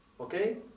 Okay